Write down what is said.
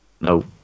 no